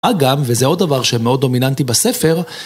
אגב, וזה עוד דבר שמאוד דומיננטי בספר,